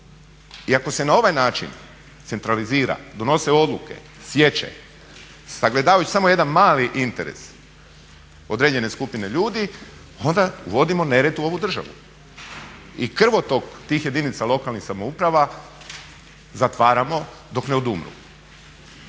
I ako se na ovaj način centralizira, donose odluke, siječe, sagledavajući samo jedan mali interes određene skupine ljudi onda uvodimo nered u ovu državu. I krvotok tih jedinica lokalnih samouprava zatvaramo dok ne odumru.